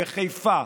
בחיפה,